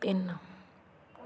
ਤਿੰਨ